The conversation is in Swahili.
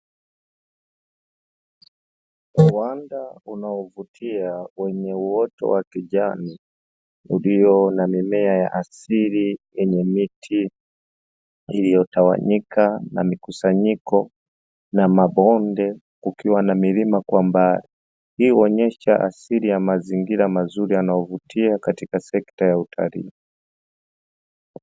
Uwanda unaovutia wenye uoto wa kijani, ulio na mimea ya asili wenye miti iliyotawanyika na mikusanyiko, na mabonde kukiwa na milima kwa mbali, ikiwa huonyesha asili ya mazingira mazuri yanayovutia katika sekta ya utalii.